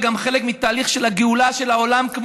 זה גם חלק מהתהליך של הגאולה של העולם.